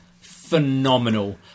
phenomenal